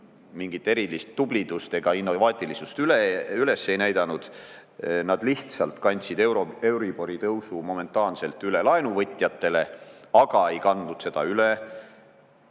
mingit erilist tublidust ega innovaatilisust üles ei näidanud. Nad lihtsalt kandsid euribori tõusu momentaanselt üle laenuvõtjatele, aga ei kandnud seda üle